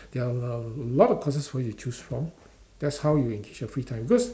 there are a l~ a lot of courses for you to choose from that's how you increase your free time because